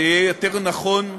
זה יהיה יותר נכון,